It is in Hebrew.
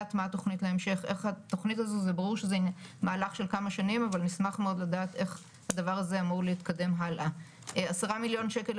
הכשרה אחת של נאמנים בתחנות ויהיו עוד שלוש הכשרות כאלה כרגע אצלם על